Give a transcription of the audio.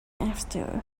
after